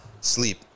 Sleep